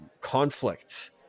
conflict